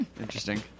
Interesting